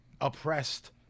Oppressed